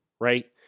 right